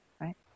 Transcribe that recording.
right